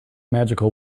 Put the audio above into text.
magical